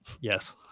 yes